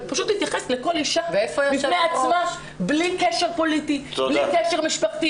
להתייחס לכל אישה ללא קשר פוליטי ובלי קשר משפחתי